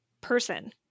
person